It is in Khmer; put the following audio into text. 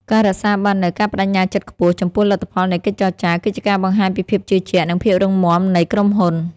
ការរក្សាបាននូវ "ការប្តេជ្ញាចិត្តខ្ពស់" ចំពោះលទ្ធផលនៃកិច្ចចរចា គឺជាការបង្ហាញពីភាពជឿជាក់ និងភាពរឹងមាំនៃក្រុមហ៊ុន។